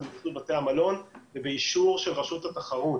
עם התאחדות בתי המלון באישור של רשות התחרות